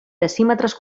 decímetres